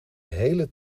hele